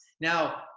Now